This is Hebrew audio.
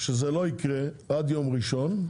שזה לא יקרה עד יום ראשון,